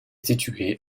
situé